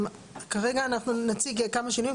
כרגע אנחנו נציג כמה שינויים.